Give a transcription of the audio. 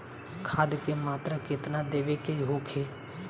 खाध के मात्रा केतना देवे के होखे?